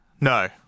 no